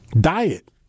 Diet